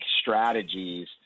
strategies